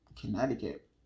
Connecticut